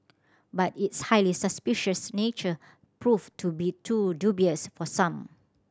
but its highly suspicious nature proved to be too dubious for some